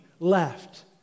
Left